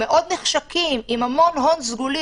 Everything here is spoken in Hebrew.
מאוד נחשקים ועם המון הון סגולי,